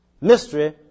mystery